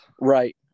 Right